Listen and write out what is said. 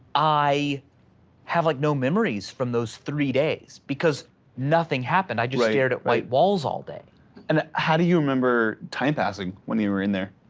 i have like, no memories from those three days, because nothing happened, i just stared at white walls all day. and how do you remember time passing when you were in there?